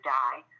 die